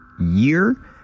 year